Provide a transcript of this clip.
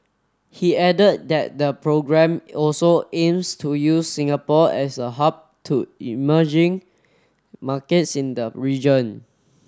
he added that the programme also aims to use Singapore as a hub to emerging markets in the region